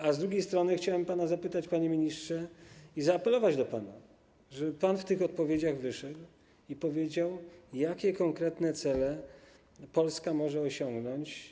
A z drugiej strony chciałem pana zapytać, panie ministrze, i zaapelować do pana, żeby pan przy okazji udzielania odpowiedzi wyszedł i powiedział, jakie konkretne cele Polska może osiągnąć.